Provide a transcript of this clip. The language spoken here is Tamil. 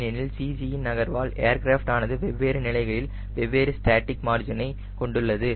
ஏனெனில் CG யின் நகர்வால் ஏர்கிராப்ட் ஆனது வெவ்வேறு நிலைகளில் வெவ்வேறு ஸ்டேட்டிங் மார்ஜினை கொண்டுள்ளது